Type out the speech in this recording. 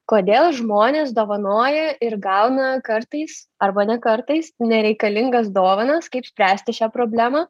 kodėl žmonės dovanoja ir gauna kartais arba ne kartais nereikalingas dovanas kaip spręsti šią problemą